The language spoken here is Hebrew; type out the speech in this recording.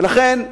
לכן,